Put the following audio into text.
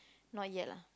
not yet lah